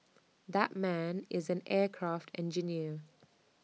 that man is an aircraft engineer